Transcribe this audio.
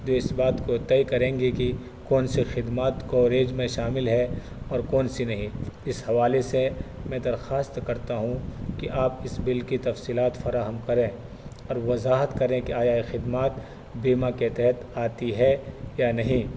جو اس بات کو طے کریں گے کہ کون سے خدمات کوریج میں شامل ہے اور کون سی نہیں اس حوالے سے میں درخواست کرتا ہوں کہ آپ اس بل کی تفصیلات فراہم کریں اور وضاحت کریں کہ آیا یہ خدمات بیمہ کے تحت آتی ہے یا نہیں